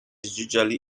usually